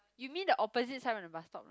you mean the opposite side from the bus stop